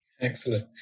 Excellent